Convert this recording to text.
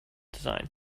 design